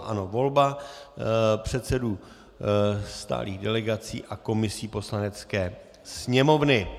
Ano, volba předsedů stálých delegací a komisí Poslanecké sněmovny.